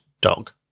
dog